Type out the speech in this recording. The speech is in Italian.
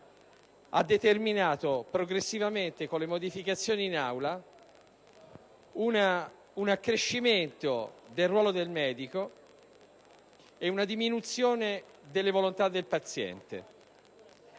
ha determinato progressivamente, con le modificazioni approvate in Aula, un accrescimento del ruolo del medico e una diminuzione delle volontà del paziente.